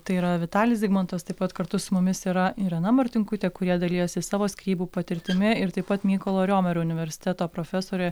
tai yra vitalis zigmantas taip pat kartu su mumis yra irena martinkutė kurie dalijosi savo skyrybų patirtimi ir taip pat mykolo riomerio universiteto profesorė